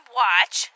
watch